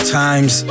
times